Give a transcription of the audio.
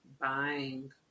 buying